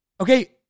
Okay